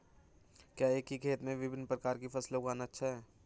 क्या एक ही खेत में विभिन्न प्रकार की फसलें उगाना अच्छा है?